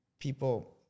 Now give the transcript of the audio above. people